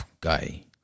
guy